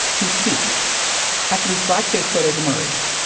he's seek after these blackface photos emerged.